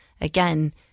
again